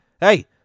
hey